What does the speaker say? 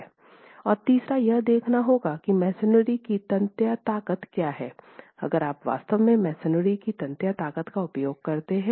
और तीसरा यह देखना होगा कि मसोनरी की तन्यता ताकत क्या है अगर आप वास्तव में मसोनरी की तन्यता ताकत का उपयोग करते हैं